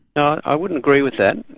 no i wouldn't agree with that.